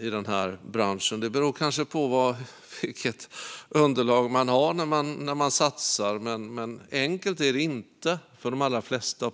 i den här branschen. Det beror kanske på vilket underlag man har när man satsar, men enkelt är det inte för de allra flesta.